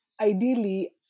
ideally